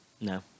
no